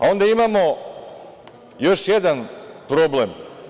Onda imamo još jedan problem.